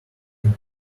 can